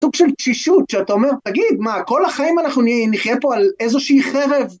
סוג של תשישות שאתה אומר תגיד מה כל החיים אנחנו נחיה פה על איזושהי חרב